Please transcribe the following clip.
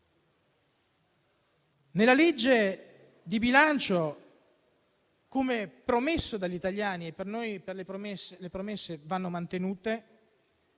Nella legge di bilancio, come promesso agli italiani - per noi per le promesse vanno mantenute